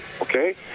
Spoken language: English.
okay